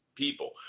people